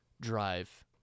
drive